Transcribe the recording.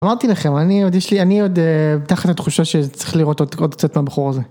אמרתי לכם, אני עוד יש לי, אני עוד אה... תחת התחושה שז-צריך לראות עוד-עוד קצת מהבחור הזה.